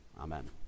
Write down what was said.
Amen